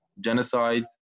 Genocides